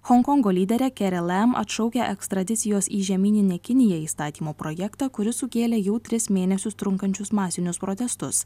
honkongo lyderė kere lam atšaukia ekstradicijos į žemyninę kiniją įstatymo projektą kuris sukėlė jau tris mėnesius trunkančius masinius protestus